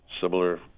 similar